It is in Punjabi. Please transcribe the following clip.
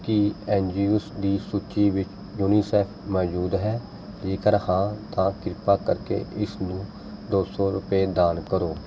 ਕੀ ਐਨ ਜੀ ਓਜ਼ ਦੀ ਸੂਚੀ ਵਿੱਚ ਯੂਨੀਸੇਫ ਮੌਜੂਦ ਹੈ ਜੇਕਰ ਹਾਂ ਤਾਂ ਕਿਰਪਾ ਕਰਕੇ ਇਸ ਨੂੰ ਦੋ ਸੌ ਰੁਪਏ ਦਾਨ ਕਰੋ